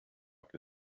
que